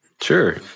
Sure